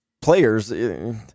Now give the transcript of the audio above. players